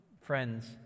Friends